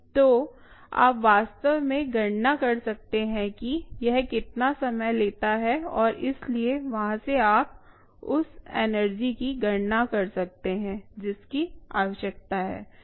तो आप वास्तव में गणना कर सकते हैं कि यह कितना समय लेता है और इसलिए वहां से आप उस एनर्जी की गणना कर सकते हैं जिसकी आवश्यकता है